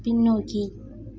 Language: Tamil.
பின்னோக்கி